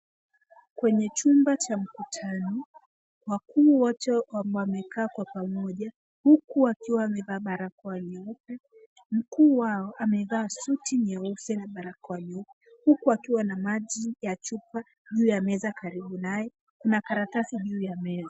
Kwenye chumba cha mkutano, wakuu wote wamekaa kwa pamoja huku wakiwa wamevaa barakoa nyeupe. Mkuu wao amevaa suti nyeusi na barakoa nyeupe huku akiwa na maji ya chupa juu ya meza karibu naye. Kuna karatasi juu ya meza.